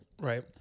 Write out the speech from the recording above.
Right